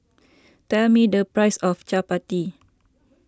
tell me the price of Chapati